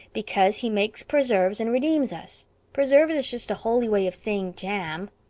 because he makes preserves, and redeems us preserves is just a holy way of saying jam.